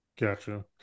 Gotcha